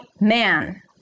man